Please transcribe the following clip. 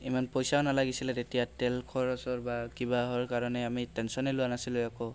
ইমান পইচাও নালাগিছিলে তেতিয়া তেল খৰছৰ বা কিবা হোৱাৰ কাৰণে আমি টেনচনেই লোৱা নাছিলোঁ একো